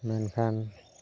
ᱢᱮᱱᱠᱷᱟᱱ